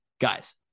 Guys